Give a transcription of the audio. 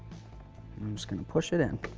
i'm just going to push it in.